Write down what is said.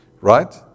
Right